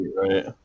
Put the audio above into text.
right